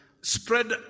spread